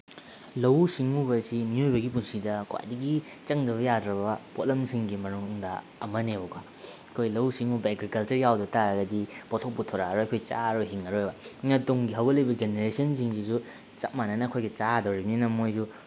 ꯂꯧꯎ ꯁꯤꯡꯎꯕ ꯍꯥꯏꯕꯁꯤ ꯃꯤꯑꯣꯏꯕꯒꯤ ꯄꯨꯟꯁꯤꯗ ꯈ꯭ꯋꯥꯏꯗꯒꯤ ꯆꯪꯗ꯭ꯔꯕ ꯌꯥꯗ꯭ꯔꯕ ꯄꯣꯠꯂꯝꯁꯤꯡꯒꯤ ꯃꯅꯨꯡꯗ ꯑꯃꯅꯦꯕꯀꯣ ꯑꯩꯈꯣꯏ ꯂꯧꯎ ꯁꯤꯡꯎꯕ ꯑꯦꯒ꯭ꯔꯤꯀꯜꯆꯔ ꯌꯥꯎꯗꯕ ꯇꯥꯔꯒꯗꯤ ꯄꯣꯊꯣꯛ ꯄꯨꯊꯣꯔꯛꯑꯔꯣꯏ ꯑꯩꯈꯣꯏ ꯆꯥꯔꯔꯣꯏ ꯍꯤꯡꯉꯔꯣꯏꯕ ꯑꯗꯨꯅ ꯇꯨꯡꯒꯤ ꯍꯧꯒꯠꯂꯛꯏꯕ ꯖꯦꯅꯦꯔꯦꯁꯟꯁꯤꯡꯁꯤꯁꯨ ꯆꯞ ꯃꯥꯟꯅꯅ ꯑꯩꯈꯣꯏꯒꯤ ꯆꯥꯗꯧꯔꯤꯕꯅꯤꯅ ꯃꯣꯏꯁꯨ